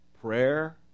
prayer